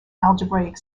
algebraic